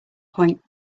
point